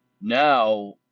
now